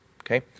Okay